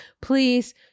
please